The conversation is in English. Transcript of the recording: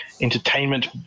entertainment